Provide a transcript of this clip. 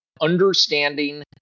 understanding